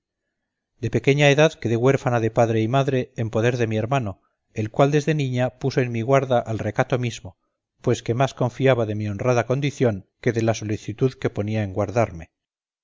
de pequeña edad quedé huérfana de padre y madre en poder de mi hermano el cual desde niña puso en mi guarda al recato mismo puesto que más confiaba de mi honrada condición que de la solicitud que ponía en guardarme